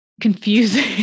confusing